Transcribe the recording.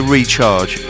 recharge